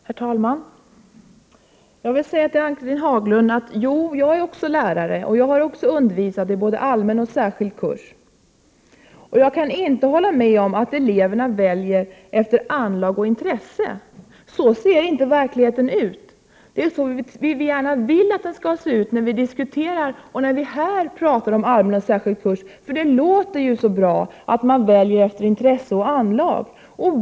Herr talman! Jo, jag är också lärare, Ann-Cathrine Haglund, och jag har också undervisat i både allmän och särskild kurs. Jag kan inte hålla med om att eleverna väljer efter anlag och intresse. Så ser inte verkligheten ut. Det är så vi gärna vill att den skall se ut när vi här diskuterar, för det låter ju så bra att eleverna väljer efter intresse och anlag.